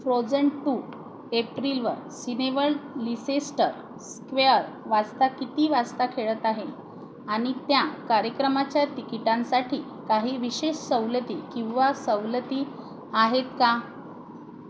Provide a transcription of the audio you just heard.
frozen two एप्रिलवर Cineworld Leicester Square वाजता किती वाजता खेळत आहे आणि त्या कार्यक्रमाच्या तिकिटांसाठी काही विशेष सवलती किंवा सवलती आहेत का